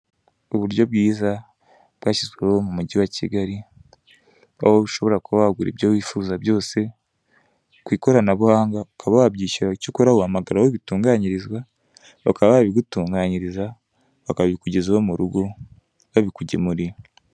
Uburyo bwiza bwashyizweho mu mugi wa Kigali, aho ushobora kuba wagura ibyo wifuza byose kw'ikoranabuhanga, ukaba wabyishyura. Icyo ukora uhamagara aho bitunganyirizwa bakaba babigutunganyiriza, bakabikugezaho mu rugo babikugemuriye.